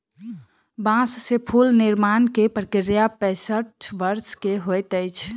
बांस से फूल निर्माण के प्रक्रिया पैसठ वर्ष के होइत अछि